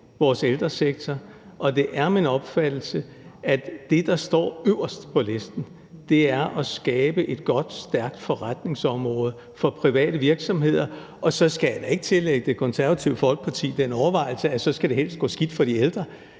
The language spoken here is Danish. vores ældresektor på. Og det er min opfattelse, at det, der står øverst på listen, er at skabe et godt, stærkt forretningsområde for private virksomheder. Og så skal jeg da ikke tillægge Det Konservative Folkeparti den overvejelse, at det så helst skal gå skidt for de ældre.